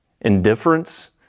indifference